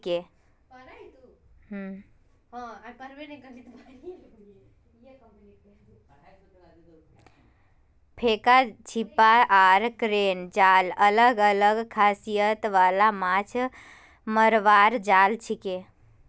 फेका छीपा आर क्रेन जाल अलग अलग खासियत वाला माछ मरवार जाल छिके